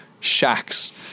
shacks